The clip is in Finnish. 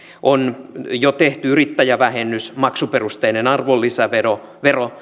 on jo tehty yrittäjävähennys maksuperusteinen arvonlisävero